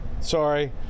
sorry